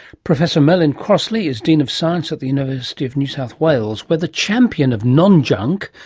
professor merlin crossley is dean of science at the university of new south wales, where the champion of non-junk,